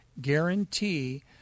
guarantee